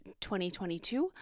2022